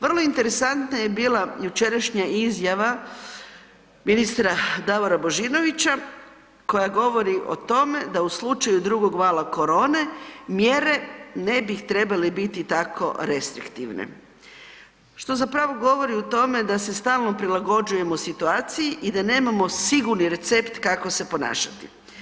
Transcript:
Vrlo interesantna je bila jučerašnja izjava ministra Davora Božinovića koja govori o tome da u slučaju drugog vala korone, mjere ne bi trebale biti tako restriktivne, što zapravo govori o tome da se stalno prilagođujemo situaciji i da nemamo sigurni recept kako se ponašati.